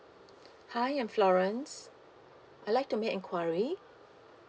hi I'm florence I'd like to make enquiry